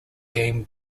game